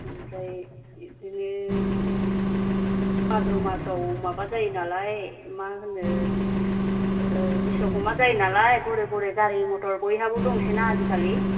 ओमफ्राय बिदिनो भाद्र मासआव माबा जायो नालाय मा होनो बिश्वकर्मा जायो नालाय गरे गरे गारि मटर बयहाबो दंसै ना आजिखालि